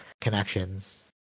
Connections